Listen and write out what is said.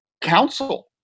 council